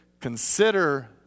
consider